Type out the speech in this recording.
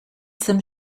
some